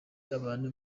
abantu